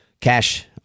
Cash